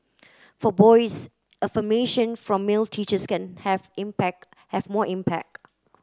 for boys affirmation from male teachers can have impact have more impact